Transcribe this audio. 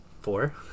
Four